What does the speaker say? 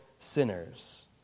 Sinners